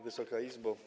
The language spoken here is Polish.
Wysoka Izbo!